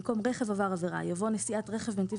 במקום "רכב עבר עבירה" יבוא "נסיעת רכב בנתיב